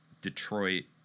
Detroit